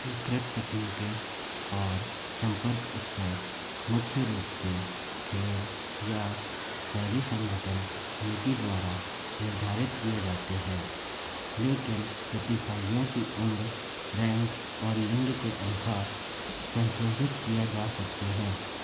स्वीकृत तकनीकें और संपर्क स्तर मुख्य रूप से खेल या शैली संगठन नीति द्वारा निर्धारित किए जाते हैं लेकिन प्रतिभागियों की उम्र रैंक और लिंग के अनुसार संशोधित किया जा सकते हैं